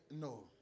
No